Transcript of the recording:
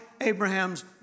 Abraham's